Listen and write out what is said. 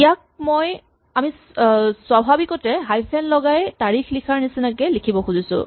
ইয়াক মই আমি স্বাভাৱিকতে হাইফেন লগাই তাৰিখ লিখাৰ নিচিনাকে লিখিব খুজিছো